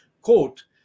quote